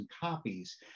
copies